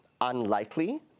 unlikely